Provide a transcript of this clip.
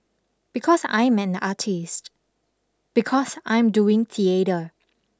because I am an artist because I'm doing theatre